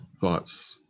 thoughts